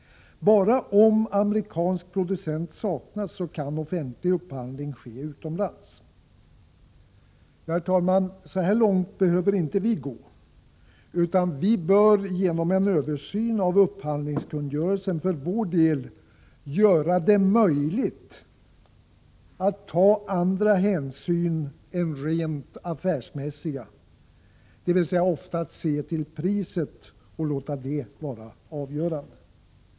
Bara om amerikansk producent saknas kan offentlig upphandling ske utomlands. Herr talman! Så här långt behöver inte vi gå, utan vi bör genom en översyn av upphandlingskungörelsen för vår del göra det möjligt att ta andra hänsyn än rent affärsmässiga, dvs. oftast se till priset och låta detta vara avgörande.